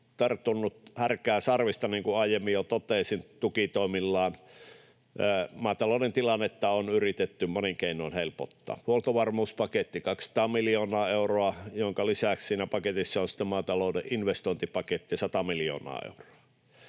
tarttunut härkää sarvista, niin kuin aiemmin jo totesin, tukitoimillaan. Maatalouden tilannetta on yritetty monin keinoin helpottaa: huoltovarmuuspaketti 200 miljoonaa euroa, minkä lisäksi siinä paketissa on maatalouden investointipaketti 100 miljoonaa euroa,